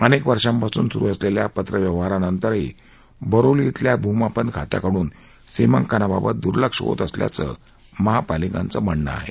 अनेक वर्षांपासून सुरु असलेल्या पत्रव्यवहारानंतरही बोरीवली इथल्या भूमापन खात्याकडून सीमांकनाबाबत दुर्लक्ष होत असल्याचं महापालिकांचं म्हणणं आहे